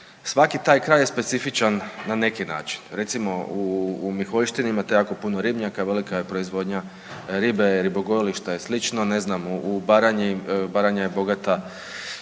svaki taj kraj je specifičan na neki način. Recimo u Miholjštini imate jako puno ribnjaka, velika je proizvodnja ribe, ribogojilišta i sl. ne znam u Baranji, Baranja